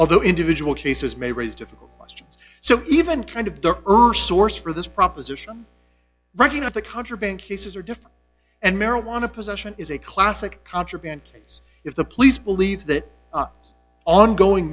although individual cases may raise difficult questions so even kind of the earth source for this proposition writing if the contraband cases are different and marijuana possession is a classic contraband case if the police believe that ongoing